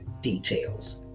details